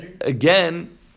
Again